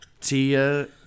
tia